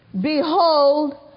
Behold